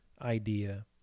idea